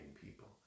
people